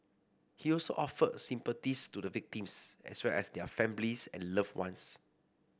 he also offered sympathies to the victims as well as their families and loved ones